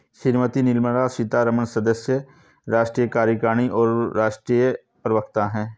श्रीमती निर्मला सीतारमण सदस्य, राष्ट्रीय कार्यकारिणी और राष्ट्रीय प्रवक्ता हैं